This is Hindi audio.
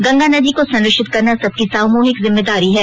गंगा नदी को संरक्षित करना सबकी सामूहिक जिम्मेदारी है